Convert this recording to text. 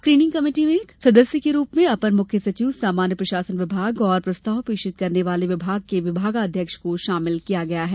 screening committee में सदस्य के रूप में अपर मुख्य सचिव सामान्य प्रशासन विभाग और प्रस्ताव प्रेषित करने वाले विभाग के विभागाध्यक्ष को शामिल किया गया है